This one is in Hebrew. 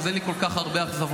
אז אין לי כל כך הרבה אכזבות,